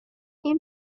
این